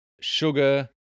sugar